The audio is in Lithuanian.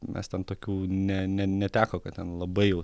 mes ten tokių ne ne neteko kad ten labai jau